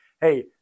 hey